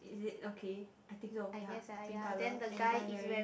is it okay I think so ya pink colour and the guy wearing